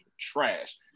trash